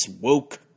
woke